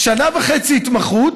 שנה וחצי התמחות,